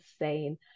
insane